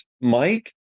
Mike